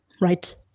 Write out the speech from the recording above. right